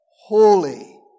Holy